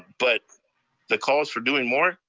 ah but the calls for doing more?